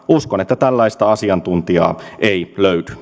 uskon että tällaista asiantuntijaa ei löydy